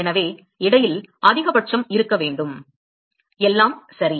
எனவே இடையில் அதிகபட்சம் இருக்க வேண்டும் எல்லாம் சரி